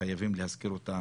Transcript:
וחייבים להזכיר אותה